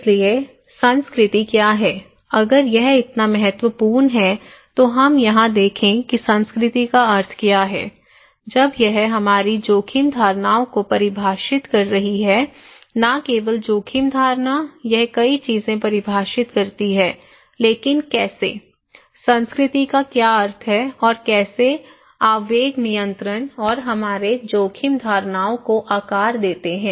इसलिए संस्कृति क्या है अगर यह इतना महत्वपूर्ण है तो हम यहां देखें कि संस्कृति का अर्थ क्या है जब यह हमारी जोखिम धारणाओं को परिभाषित कर रही है न केवल जोखिम धारणा यह कई चीजें परिभाषित करती है लेकिन कैसे संस्कृति का क्या अर्थ है और कैसे आवेग नियंत्रण और हमारे जोखिम धारणाओं को आकार देते हैं